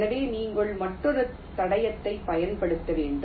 எனவே நீங்கள் மற்றொரு தடத்தைப் பயன்படுத்த வேண்டும்